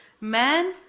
man